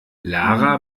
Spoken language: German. lara